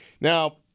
Now